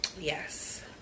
Yes